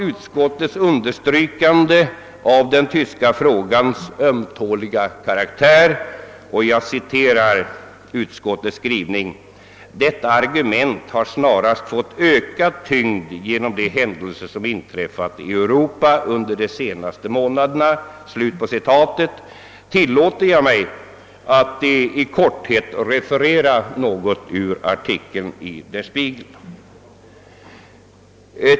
Utskottet understryker den tyska frågans ömtåliga karaktär med följande ord: »Detta argument har snarast fått ökad tyngd genom de händelser som har inträffat i Europa under de senaste månaderna.» Med anledning härav tillåter jag mig att i korthet referera något ur artikeln i Der Spiegel.